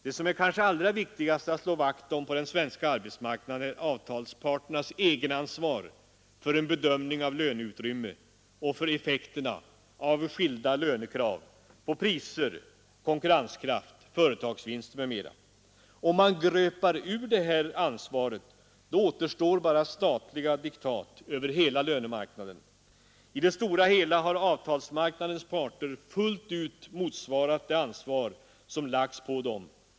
Det som är kanske allra viktigast att slå vakt om på den svenska arbetsmarknaden är avtalsparternas egenansvar för en bedömning av löneutrymmet och för effekterna av skilda lönekrav på priser, konkurrenskraft, företagsvinster m.m. Om man gröper ur detta ansvar, så återstår bara statliga diktat över hela lönemarknaden. I det stora hela har avtalsmarknadens parter fullt ut motsvarat det ansvar som lagts på dem.